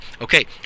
Okay